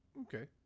Okay